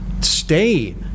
stay